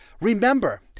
remember